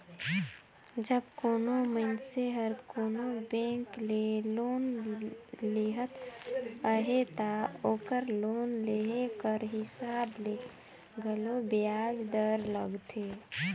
जब कोनो मइनसे हर कोनो बेंक ले लोन लेहत अहे ता ओकर लोन लेहे कर हिसाब ले घलो बियाज दर लगथे